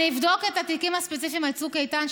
אני אבדוק את התיקים הספציפיים על צוק איתן,